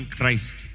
Christ